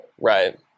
right